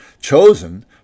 chosen